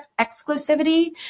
exclusivity